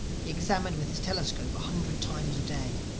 he examined with his telescope a hundred times a day.